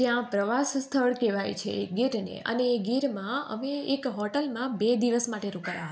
ત્યાં પ્રવાસ સ્થળ કહેવાય છે જે તેને અને ગીરમાં અમે એક હોટલમાં બે દિવસ માટે રોકાયા હતા